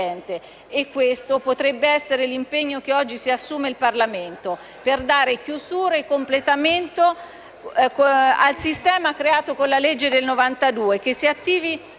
Questo potrebbe essere l'impegno che oggi si assume il Parlamento, per dare chiusura e completamento al sistema creato con la legge del 1992;